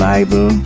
Bible